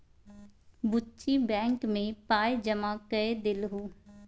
बुच्ची बैंक मे पाय जमा कए देलहुँ